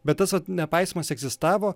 bet tas vat nepaisymas egzistavo